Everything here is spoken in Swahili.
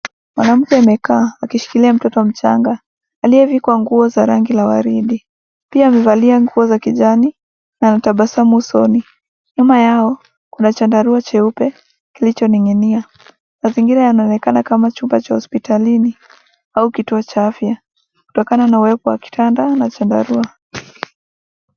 Mwanamke amekaa akishikilia mtoto mchanga aliyevikwa nguo za rangi la waridi. Pia amevalia nguo za kijani na anatabasamu usoni. Nyuma yao kuna chandarua cheupe kilichoning'inia. Mazingira yanaonekana kama chumba cha hospitalini au kituo cha afya kutokana na uwepo wa kitanda na chandarua.